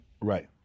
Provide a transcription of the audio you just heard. Right